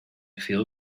feel